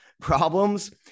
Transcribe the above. Problems